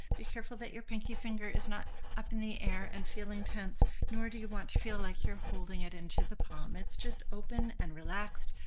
be careful that your pinky finger is not up in the air and feeling tense. nor do you want to feel like you're holding it into the palm. it's just open and relaxed,